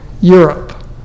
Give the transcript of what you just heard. Europe